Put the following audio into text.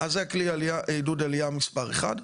אז זה כלי עידוד העלייה מספר אחד.